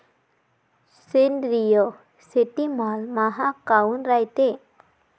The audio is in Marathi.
सेंद्रिय शेतीमाल महाग काऊन रायते?